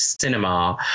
cinema